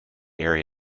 area